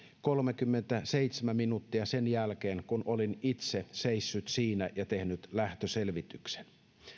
kolmekymmentäseitsemän minuuttia sen jälkeen kun olin itse seissyt siinä ja tehnyt lähtöselvityksen